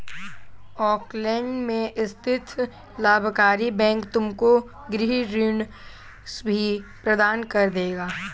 Auckland में स्थित लाभकारी बैंक तुमको गृह ऋण भी प्रदान कर देगा